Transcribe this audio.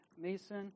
Mason